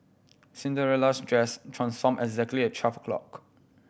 Cinderella's dress transformed exactly at twelve o'clock